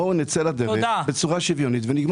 בואו נצא לדרך בצורה שוויונית ונגמור את הסיפור.